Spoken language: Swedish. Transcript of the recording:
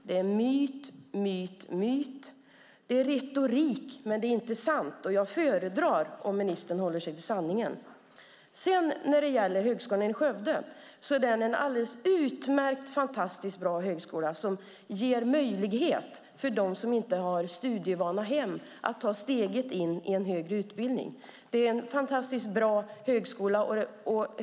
Det är myt och återigen myt. Det är retorik. Men det är inte sant, och jag föredrar om ministern håller sig till sanningen. Högskolan i Skövde är en alldeles utmärkt och fantastiskt bra högskola som ger möjlighet för dem som inte kommer från hem med studievana att ta steget in i högre utbildning. Det är en fantastiskt bra högskola.